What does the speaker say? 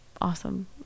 awesome